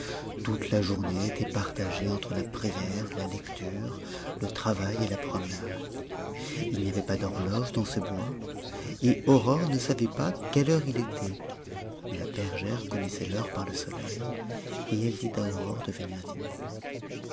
toute la journée était partagée entre la prière la lecture le travail et la promenade il n'y avait pas d'horloge dans ce bois et aurore ne savait pas quelle heure il était mais la bergère connaissait l'heure par le soleil elle dit à aurore de venir dîner